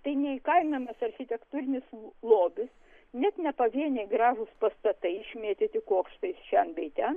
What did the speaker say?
tai neįkainojamas architektūrinis lobis net ne pavieniai gražūs pastatai išmėtyti kuokštaisi šen bei ten